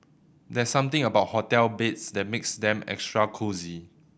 there's something about hotel beds that makes them extra cosy